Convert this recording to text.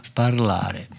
parlare